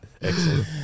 Excellent